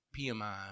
PMI